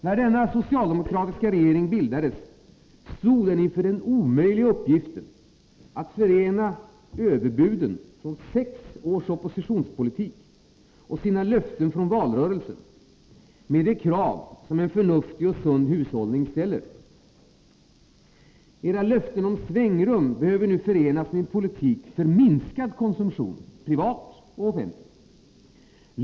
När denna socialdemokratiska regering bildades stod den inför den omöjliga uppgiften att förena överbuden från sex års oppositionspolitik och sina löften från valrörelsen med de krav som en förnuftig och sund hushållning ställer. Era löften om svängrum behöver nu förenas med en politik för minskad konsumtion — privat och offentlig.